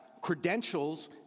credentials